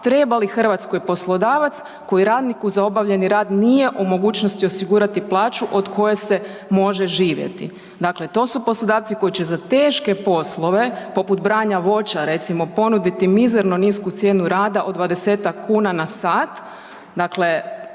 treba li Hrvatskoj poslodavac koji radniku za obavljeni rad nije u mogućnosti osigurati plaću od koje se može živjeti. Dakle to su poslodavci koji će za teške poslove poput branja voća recimo ponuditi mizerno nisku cijenu rada od 20-ak na sat, dakle